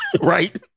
right